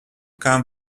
came